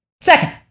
Second